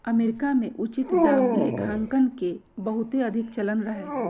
America में उचित दाम लेखांकन के बहुते अधिक चलन रहै